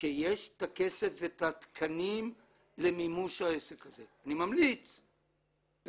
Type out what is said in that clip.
שיש את הכסף ואת התקנים למימוש העסק הזה ואני ממליץ לחברי,